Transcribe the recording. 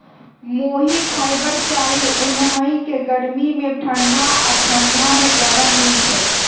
मोहिर fibre शाहि उन हइ के गर्मी में ठण्डा आऽ ठण्डा में गरम होइ छइ